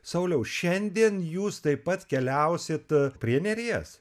sauliau šiandien jūs taip pat keliausit prie neries